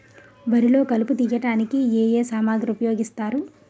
వరిలో కలుపు తియ్యడానికి ఏ ఏ సామాగ్రి ఉపయోగిస్తారు?